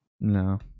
No